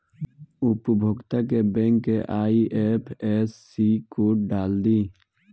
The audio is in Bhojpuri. उपभोगता के बैंक के आइ.एफ.एस.सी कोड डाल दी